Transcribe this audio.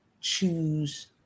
Choose